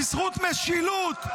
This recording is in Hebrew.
בזכות משילות.